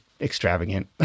extravagant